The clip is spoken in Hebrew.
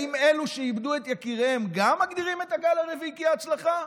האם אלו שאיבדו את יקיריהם גם מגדירים את הגל הרביעי כהצלחה?